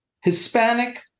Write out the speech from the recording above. Hispanic